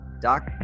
Doc